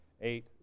eight